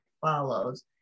follows